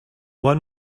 one